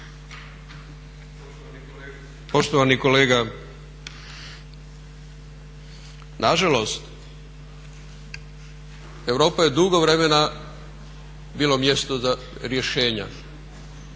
Poštovani kolega, nažalost, Europa je dugo vremena bila mjesto za rješenja,